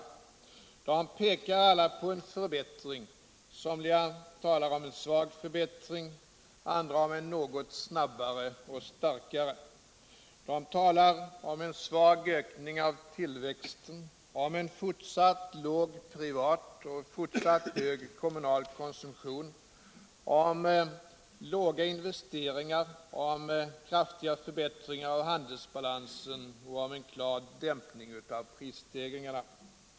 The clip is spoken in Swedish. De pekar alla på en förbättring — somliga talar om en svag förbättring, andra om en något snabbare och starkare. De talar om en svag ökning av tillväxten, om en fortsatt låg privat och en fortsatt hög kommunal konsumtion, om låga investeringar och kraftiga förbättringar av handelsbalansen och om en klar dämpning av prisstegringarna.